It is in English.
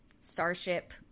starship